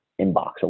inbox